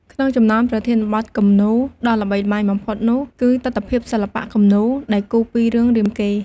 ក្នុងចំណោមប្រធានបទគំនូរដ៏ល្បីល្បាញបំផុតនោះ គឺទិដ្ឋភាពសិល្បៈគំនូរដែលគូរពីរឿងរាមកេរ្តិ៍។